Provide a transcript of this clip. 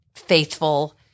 faithful